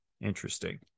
Interesting